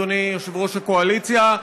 אדוני יושב-ראש הקואליציה.